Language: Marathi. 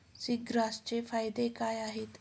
सीग्रासचे फायदे काय आहेत?